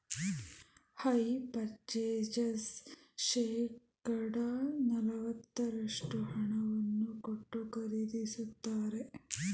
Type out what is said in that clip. hire purchase ಶೇಕಡ ನಲವತ್ತರಷ್ಟು ಹಣವನ್ನು ಕೊಟ್ಟು ಖರೀದಿಸುತ್ತಾರೆ